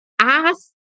ask